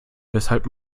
weshalb